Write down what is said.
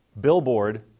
billboard